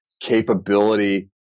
capability